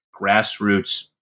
grassroots